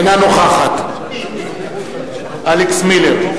אינה נוכחת אלכס מילר,